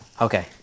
Okay